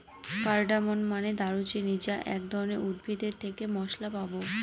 cardamom মানে দারুচিনি যা এক ধরনের উদ্ভিদ এর থেকে মসলা পাবো